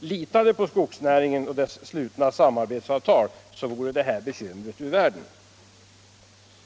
litade på skogsnäringen och dess slutna samarbetsavtal, så vore detta bekymmer ur världen.